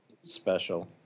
Special